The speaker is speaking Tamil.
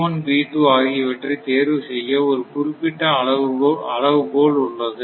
B1 B2 ஆகியவற்றை தேர்வு செய்ய ஒரு குறிப்பிட்ட அளவு போல் உள்ளது